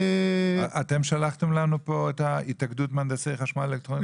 --- אתם שלחתם לנו פה את ההתאגדות מהנדסי חשמל אלקטרוניקה?